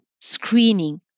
screening